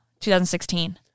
2016